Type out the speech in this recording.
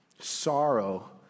Sorrow